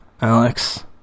Alex